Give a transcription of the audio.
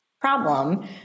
problem